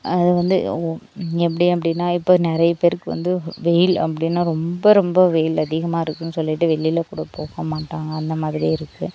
அதுவந்து ஓ எப்படி அப்படின்னா இப்போது நிறைய பேருக்கு வந்து வெயில் அப்படின்னா ரொம்ப ரொம்ப வெயில் அதிகமாக இருக்குன்னு சொல்லிட்டு வெளியில் கூட போக மாட்டாங்க அந்தமாதிரி இருக்குது